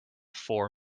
four